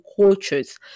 cultures